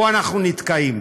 פה אנחנו נתקעים.